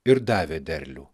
ir davė derlių